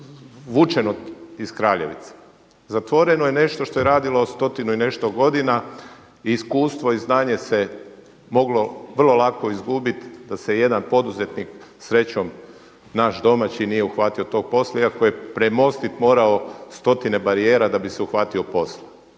vučeno iz Kraljevice. Zatvoreno je nešto što je radilo stotinu i nešto godina i iskustvo i znanje se moglo vrlo lako izgubiti da se jedan poduzetnik srećom naš domaći nije uhvatio tog posla iako je premostit morao stotine barijera da bi se uhvatio posla.